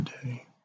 today